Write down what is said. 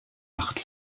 acht